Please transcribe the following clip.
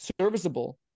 serviceable